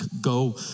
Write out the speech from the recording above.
go